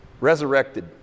resurrected